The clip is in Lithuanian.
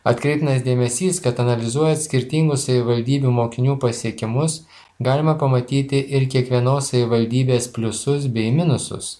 atkreiptinas dėmesys kad analizuojant skirtingų savivaldybių mokinių pasiekimus galima pamatyti ir kiekvienos savivaldybės pliusus bei minusus